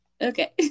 Okay